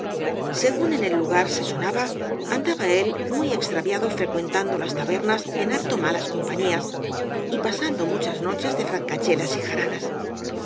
según en el lugar se sonaba andaba él muy extraviado frecuentando las tabernas en harto malas compañías y pasando muchas noches en francachelas y jaranas